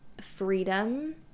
freedom